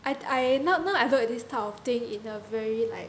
I I now now I look at this type of thing in a very like